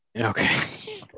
Okay